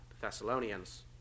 Thessalonians